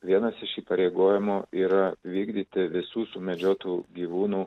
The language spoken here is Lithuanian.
vienas iš įpareigojimų yra vykdyti visų sumedžiotų gyvūnų